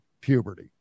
puberty